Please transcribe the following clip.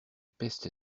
peste